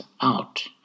out